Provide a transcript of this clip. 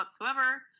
whatsoever